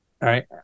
Right